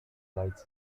light